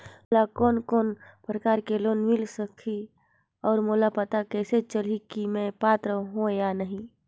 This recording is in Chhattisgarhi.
मोला कोन कोन प्रकार के लोन मिल सकही और मोला पता कइसे चलही की मैं पात्र हों या नहीं?